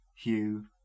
Hugh